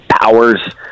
powers